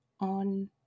on